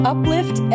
Uplift